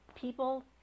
people